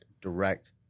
direct